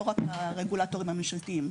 ולא רק לרגולטורים הממשלתיים.